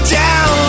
down